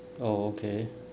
oh okay